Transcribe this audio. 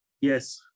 Yes